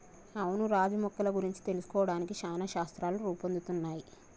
అవును రాజు మొక్కల గురించి తెలుసుకోవడానికి చానా శాస్త్రాలు రూపొందుతున్నయ్